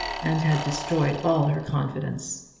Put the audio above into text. and had destroyed all her confidence.